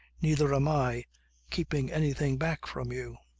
neither am i keeping anything back from you.